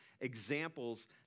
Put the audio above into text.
examples